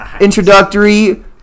introductory